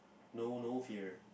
no no fear